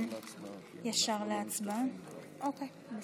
חברים, זה